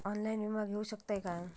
Online विमा घेऊ शकतय का?